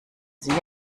sie